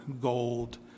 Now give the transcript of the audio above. gold